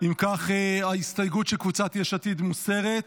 אם כך, ההסתייגות של קבוצת יש עתיד מוסרת.